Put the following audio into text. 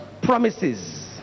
promises